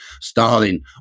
Stalin